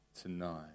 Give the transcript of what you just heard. tonight